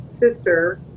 sister